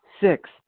Six